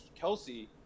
Kelsey